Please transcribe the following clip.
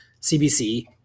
CBC